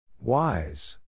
Wise